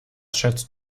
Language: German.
schätzt